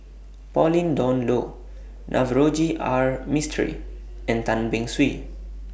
Pauline Dawn Loh Navroji R Mistri and Tan Beng Swee